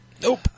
Nope